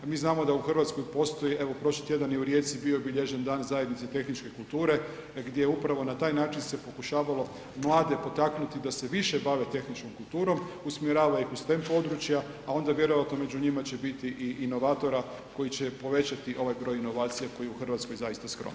A mi znamo da u Hrvatskoj postoji, evo prošli tjedan je u Rijeci bio obilježen Dan zajednice tehničke kulture gdje upravo na taj način se pokušavalo mlade potaknuti da se više bave tehničkom kulturom, usmjeravaju ih u STEM područja a onda vjerojatno među njima će biti i inovatora koji će povećati ovaj broj inovacija koji je u Hrvatskoj zaista skroman.